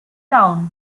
town